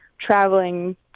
traveling